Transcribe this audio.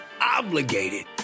obligated